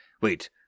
Wait